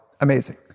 amazing